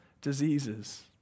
diseases